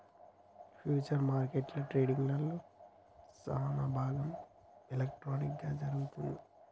futures మార్కెట్లో ట్రేడింగ్లో సానాభాగం ఎలక్ట్రానిక్ గా జరుగుతుంది